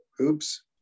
oops